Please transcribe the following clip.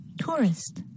Tourist